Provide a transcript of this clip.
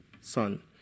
son